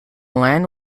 land